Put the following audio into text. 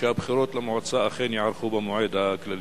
שהבחירות למועצה אכן ייערכו במועד הכללי.